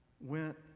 went